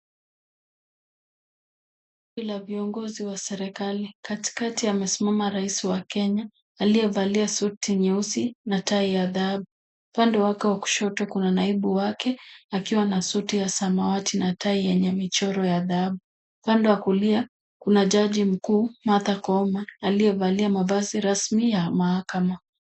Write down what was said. Kundi la viongozi wa serikali. Katikati amesimama rais wa Kenya, aliyevalia suti nyeusi na tai ya dhahabu. Upande wake wa kushoto, kuna naibu wake akiwa na suti ya samawati, na tai yenye michoro ya dhahabu. Upande wa kulia kuna jaji mkuu Martha Koome, aliyevalia mavazi rasmi ya mahakama.